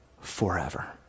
forever